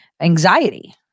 anxiety